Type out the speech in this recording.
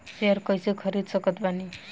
Share कइसे खरीद सकत बानी?